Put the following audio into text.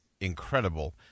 incredible